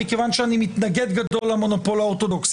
מכיוון שאני מתנגד גדול למונופול האורתודוכסי